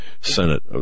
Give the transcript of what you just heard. senate